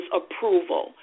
approval